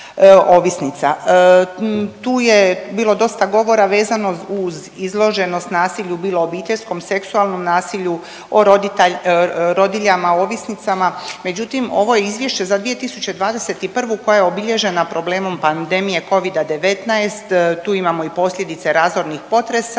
Tu je bilo dosta govora vezano uz izloženost nasilju bilo obiteljskom, seksualnom nasilju, o rodiljama ovisnicama, međutim ovo je izvješće za 2021. koja je obilježena problemom pandemije Covida-19, tu imamo i posljedice razornih potresa